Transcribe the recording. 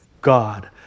God